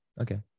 okay